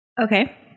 Okay